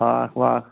ہاکھ واکھ